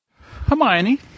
Hermione